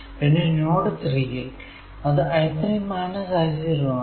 പിന്നെ നോഡ് 3 ൽ അത് I3 I0 ആണ്